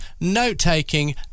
note-taking